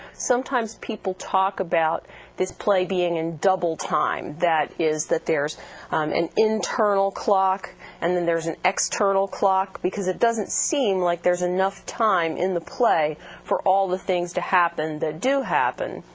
sometimes people talk about this play being in double time that is that there's an internal clock and then there's an external clock, because it doesn't seem like there's enough time in the play for all the things to happen that do happen,